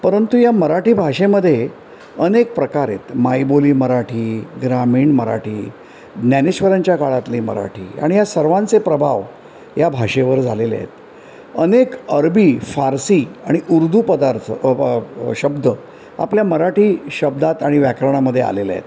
परतु या मराठी भाषेमध्ये अनेक प्रकार आहेत मायबोली मराठी ग्रामीण मराठी ज्ञानेश्वरांच्या काळातली मराठी आणि या सर्वांचे प्रभाव या भाषेवर झालेले आहेत अनेक अरबी फारसी आणि उर्दू पदार्थ शब्द आपल्या मराठी शब्दात आणि व्याकरणामध्ये आलेले आहेत